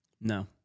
No